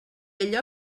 allò